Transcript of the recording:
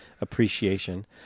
appreciation